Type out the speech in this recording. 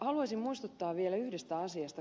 haluaisin muistuttaa vielä yhdestä asiasta